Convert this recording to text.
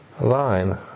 line